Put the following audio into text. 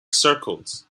circles